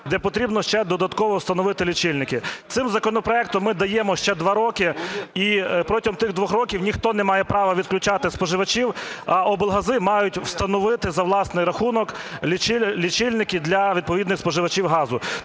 де потрібно ще додатково встановити лічильники. Цим законопроектом ми даємо ще два роки, і протягом тих двох років ніхто не має права відключати споживачів, а облгази мають встановити за власний рахунок лічильники для відповідних споживачів газу.